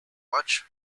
much